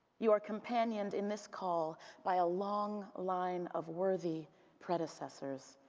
you are companioned in this call by a long line of worthy predecessors.